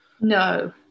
No